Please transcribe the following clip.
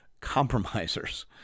compromisers